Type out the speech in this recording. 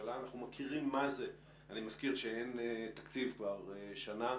הממשלה ואני מזכיר שאין תקציב כבר שנה,